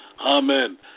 Amen